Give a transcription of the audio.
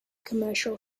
commercial